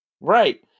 Right